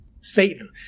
Satan